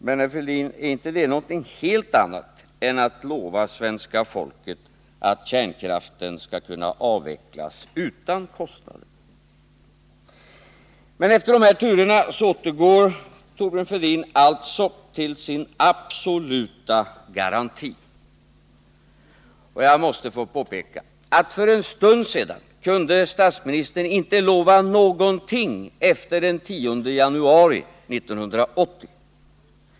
Men, herr Fälldin, är inte det någonting annat än att lova svenska folket att kärnkraften skall kunna avvecklas utan kostnader? Efter de här turerna återgår Thorbjörn Fälldin till sin absoluta garanti. Jag måste få påpeka att för en stund sedan kunde statsministern inte lova någonting efter den 10 januari 1980.